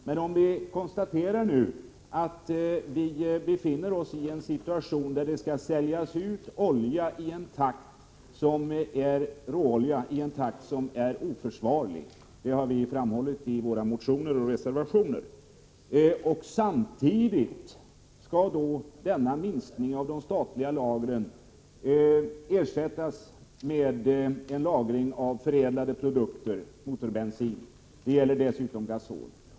Men vi konstaterar nu att vi befinner oss i en situation där det skall säljas ut råolja i en takt som är oförsvarlig — det har vi framhållit i våra motioner och reservationer. Samtidigt skall denna minskning av de statliga lagren ersättas med en lagring av förädlade produkter — motorbensin och dessutom gasol.